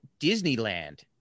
Disneyland